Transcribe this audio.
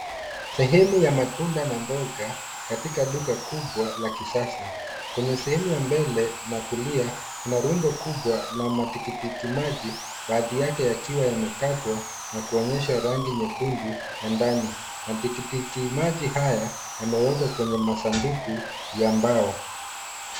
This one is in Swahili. Sehemu ya matunda na mboga katika duka kubwa la kisasa. Kwenye sehemu ya mbele na kulia kuna rundo kubwa la tikiti maji baadhi yake yakiwa yamekatwa na kuonyesha rangi nyekundu ya ndani. Matikiti maji haya yamewekwa kwenye masanduku ya mbao.